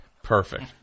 Perfect